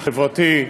החברתי,